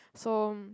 so